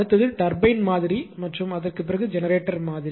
அடுத்தது டர்பைன்மாதிரி மற்றும் அதற்குப் பிறகு ஜெனரேட்டர் மாதிரி